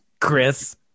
chris